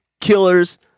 killers